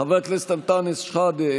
חבר הכנסת אנטאנס שחאדה,